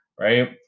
right